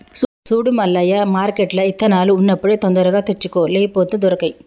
సూడు మల్లయ్య మార్కెట్ల ఇత్తనాలు ఉన్నప్పుడే తొందరగా తెచ్చుకో లేపోతే దొరకై